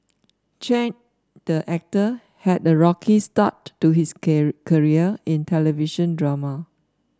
Chen the actor had a rocky start to his career in television drama